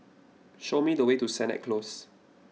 show me the way to Sennett Close